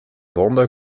wonder